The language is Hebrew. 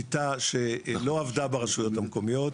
כל השיטה של קולות קוראים היא שיטה שלא עבדה ברשויות המקומיות,